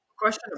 question